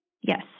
Yes